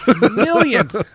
millions